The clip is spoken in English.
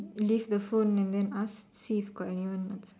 leave the phone and then ask see if got anyone outside